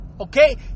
okay